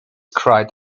cried